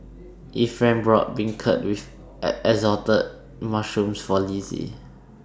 Ephraim bought Beancurd with Assorted Mushrooms For Lizzie